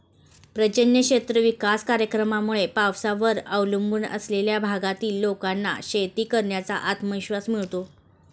पर्जन्य क्षेत्र विकास कार्यक्रमामुळे पावसावर अवलंबून असलेल्या भागातील लोकांना शेती करण्याचा आत्मविश्वास मिळतो